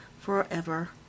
forever